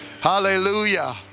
Hallelujah